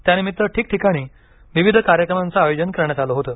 त्यानिमित्त ठिकठिकाणी विविध कार्यक्रमांचं आयोजन करण्यात आलं होतं